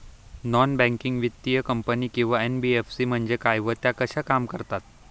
Non banking वित्तीय कंपनी किंवा एन.बी.एफ.सी म्हणजे काय व त्या कशा काम करतात?